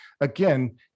again